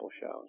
shows